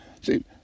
See